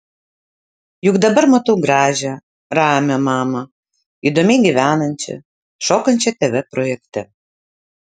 juk dabar matau gražią ramią mamą įdomiai gyvenančią šokančią tv projekte